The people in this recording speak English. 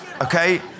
Okay